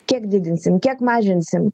kiek didinsim kiek mažinsim